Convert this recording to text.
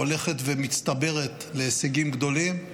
הולכת ומצטברת להישגים גדולים.